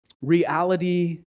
reality